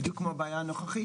בדיוק כמו הבעיה הנוכחית,